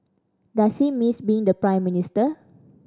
does he miss being the Prime Minister